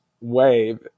wave